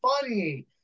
funny